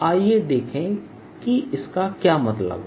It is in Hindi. आइए देखें कि इसका क्या मतलब है